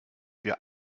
wir